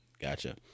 Gotcha